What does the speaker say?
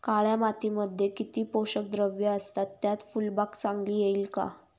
काळ्या मातीमध्ये किती पोषक द्रव्ये असतात, त्यात फुलबाग चांगली येईल का?